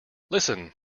listen